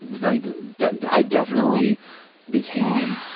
like i definitely became,